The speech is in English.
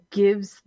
gives